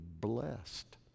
blessed